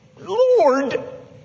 Lord